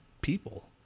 people